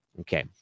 Okay